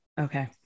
Okay